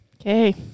okay